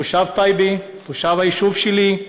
תושב טייבה, תושב היישוב שלי.